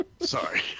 Sorry